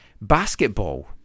Basketball